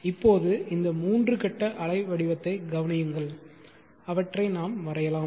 இப்போது இந்த மூன்று கட்ட அலைவடிவத்தைக் கவனியுங்கள் அவற்றை நாம் வரையலாம்